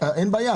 אין בעיה.